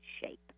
shape